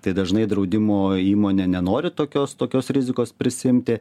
tai dažnai draudimo įmonė nenori tokios tokios rizikos prisiimti